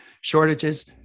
shortages